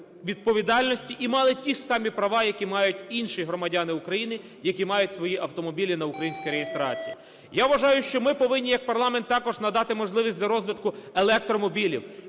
відповідальності, і мали ті ж самі права, які мають інші громадяни України, які мають свої автомобілі на українській реєстрації. Я вважаю, що ми повинні як парламент також надати можливість для розвитку електромобілів